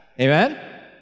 Amen